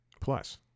Plus